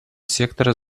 сектора